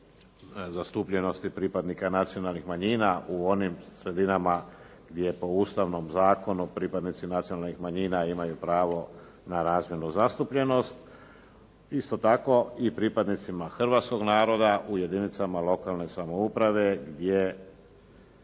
zastupljenosti pripadnika nacionalnih manjina u onim sredinama gdje po Ustavnom zakonu pripadnici nacionalnih manjina imaju pravo na razmjernu zastupljenost. Isto tako i pripadnicima hrvatskoga naroda u jedinicama lokalne samouprave su